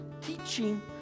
teaching